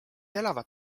elavad